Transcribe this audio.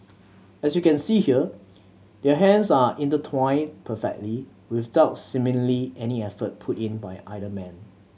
as you can see here their hands are intertwined perfectly without seemingly any effort put in by either man